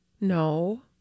no